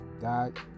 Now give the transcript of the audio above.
God